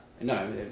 No